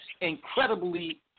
incredibly